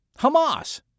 Hamas